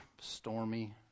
stormy